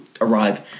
arrive